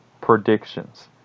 predictions